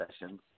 sessions